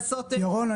ירון,